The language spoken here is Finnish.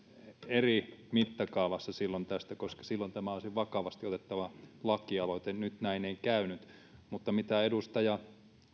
eri mittakaavassa silloin tästä koska silloin tämä olisi vakavasti otettava laki aloite nyt näin ei käynyt mutta kun edustaja